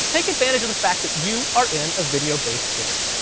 take advantage of the fact that you are in a video based course.